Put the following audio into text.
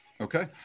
okay